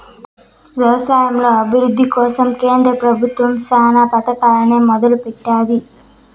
వ్యవసాయంలో అభివృద్ది కోసం కేంద్ర ప్రభుత్వం చానా పథకాలనే మొదలు పెట్టింది